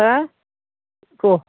हो खह